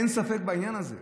אין ספק בעניין הזה.